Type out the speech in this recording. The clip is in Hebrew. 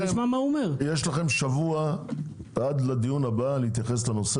לכם שבוע עד לדיון הבא להתייחס לנושא